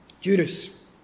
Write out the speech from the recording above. Judas